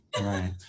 Right